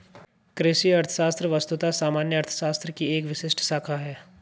कृषि अर्थशास्त्र वस्तुतः सामान्य अर्थशास्त्र की एक विशिष्ट शाखा है